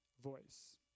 voice